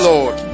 Lord